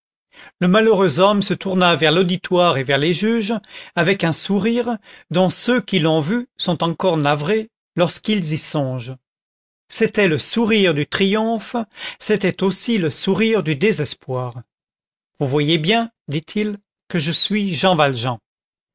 le malheureux homme se tourna vers l'auditoire et vers les juges avec un sourire dont ceux qui l'ont vu sont encore navrés lorsqu'ils y songent c'était le sourire du triomphe c'était aussi le sourire du désespoir vous voyez bien dit-il que je suis jean valjean